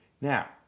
Now